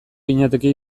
ginateke